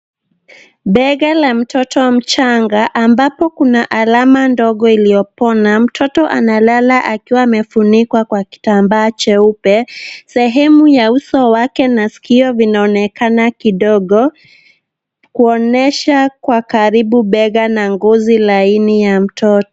Bega la mtoto mchanga ambapo Kuna alama ndogo iliyopona. Mtoto analala akiwa amefunikwa Kwa kitambaa cheupe. Sehemu ya uso wake na sikio vinaonekana kidogo, kuonyesha Kwa karibu bega na ngozi laini ya mtoto.